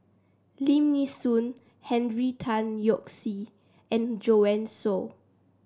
Lim Nee Soon Henry Tan Yoke See and Joanne Soo